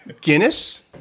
Guinness